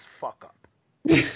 fuck-up